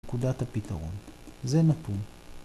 נקודת הפתרון. זה נתון.